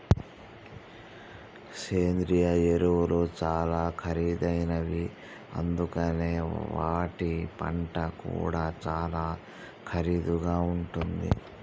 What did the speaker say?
సేంద్రియ ఎరువులు చాలా ఖరీదైనవి అందుకనే వాటి పంట కూడా చాలా ఖరీదుగా ఉంటుంది